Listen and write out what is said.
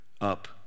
up